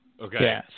Okay